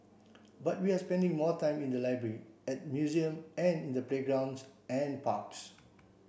but we are spending more time in the library at museums and in the playgrounds and parks